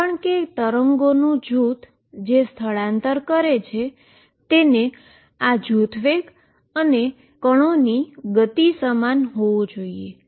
કારણ કે વેવનું જૂથ જે સ્થાળાંતર કરે છે તેને આ જૂથ વેલોસીટી અને પાર્ટીકની ગતિ સમાન હોવો જોઈએ